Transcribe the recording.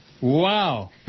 Wow